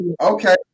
Okay